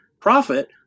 profit